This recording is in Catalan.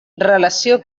relació